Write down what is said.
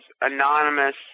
anonymous